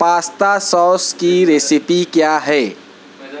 pasta sauce کی recipe کیا ہے